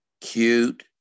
cute